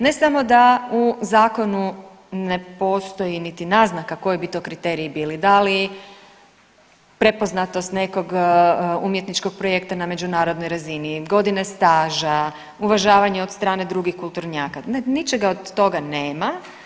Ne samo da u Zakonu ne postoji niti naznaka koji bi to kriteriji bili, da li prepoznatost nekog umjetničkog projekta na međunarodnoj razini, godine staža, uvažavanje od strane drugih kulturnjaka, ne, ničega od toga nema.